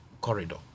corridor